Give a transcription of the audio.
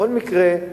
בכל מקרה,